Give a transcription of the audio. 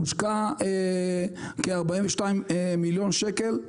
הושקעו כ-42 מיליון שקל,